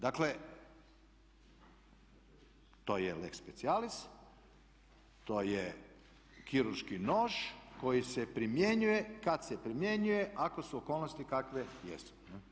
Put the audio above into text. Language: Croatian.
Dakle, to je lex speciallis, to je kirurški nož koji se primjenjuje kad se primjenjuje ako su okolnosti kakve jesu.